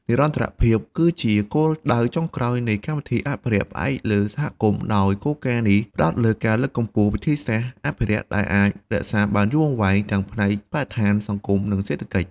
និរន្តរភាព គឺជាគោលដៅចុងក្រោយនៃកម្មវិធីអភិរក្សផ្អែកលើសហគមន៍ ដោយគោលការណ៍នេះផ្ដោតលើការលើកកម្ពស់វិធីសាស្រ្តអភិរក្សដែលអាច រក្សាបានយូរអង្វែង ទាំងផ្នែកបរិស្ថាន សង្គម និងសេដ្ឋកិច្ច។